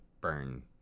burn